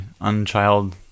unchild